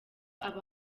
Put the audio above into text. abo